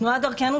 תנועת דרכנו,